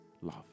love